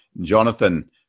Jonathan